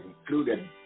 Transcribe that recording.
included